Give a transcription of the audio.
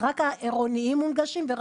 רק האוטובוסים העירוניים מונגשים.